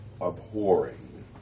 abhorring